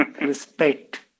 respect